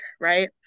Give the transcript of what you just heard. right